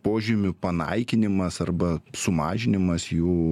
požymių panaikinimas arba sumažinimas jų